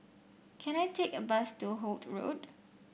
can I take a bus to Holt Road